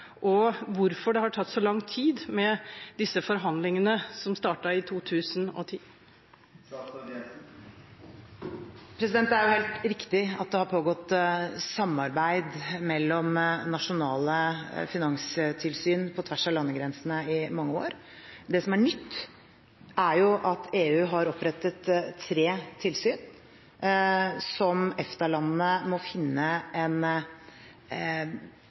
og hvorfor det har tatt så lang tid med disse forhandlingene, som startet i 2010? Det er helt riktig at det har pågått samarbeid mellom nasjonale finanstilsyn på tvers av landegrensene i mange år. Det som er nytt, er at EU har opprettet tre tilsyn som EFTA-landene må finne en